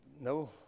no